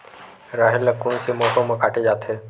राहेर ल कोन से मौसम म काटे जाथे?